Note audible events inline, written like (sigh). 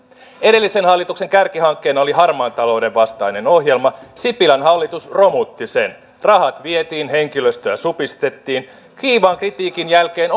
edellisen hallituksen kärkihankkeena oli harmaan talouden vastainen ohjelma sipilän hallitus romutti sen rahat vietiin henkilöstöä supistettiin kiivaan kritiikin jälkeen (unintelligible)